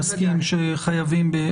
נסכים שחייבים.